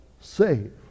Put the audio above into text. save